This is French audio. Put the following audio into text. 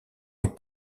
est